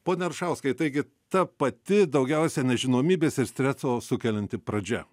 pone aršauskai taigi ta pati daugiausia nežinomybės ir streso sukelianti pradžia